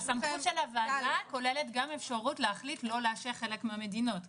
הסמכות של הוועדה כוללת גם אפשרות להחליט לא לאשר חלק מהמדינות כמובן.